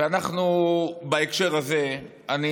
ובהקשר הזה אני